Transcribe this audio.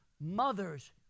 Mothers